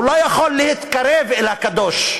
הוא לא יכול להתקרב אל הקדוש: